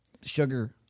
sugar